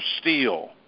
steel